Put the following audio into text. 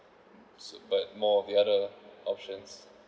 so but more of the other options